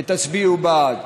ותצביעו בעד.